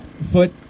foot